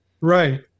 Right